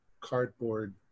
cardboard